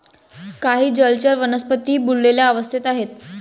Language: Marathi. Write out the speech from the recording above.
काही जलचर वनस्पतीही बुडलेल्या अवस्थेत आहेत